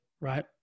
right